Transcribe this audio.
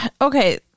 okay